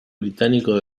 británico